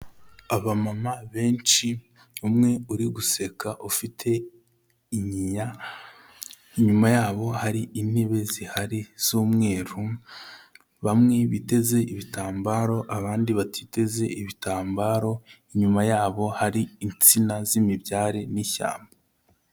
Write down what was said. Abamama benshi, umwe uri guseka ufite inyinya, inyuma yabo hari intebe zihari z'umweru, bamwe biteze ibitambaro, abandi batiteze ibitambaro, inyuma yabo hari insina z'imibyare n'ishyamba.